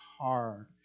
hard